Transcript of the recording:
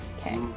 okay